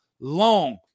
long